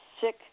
sick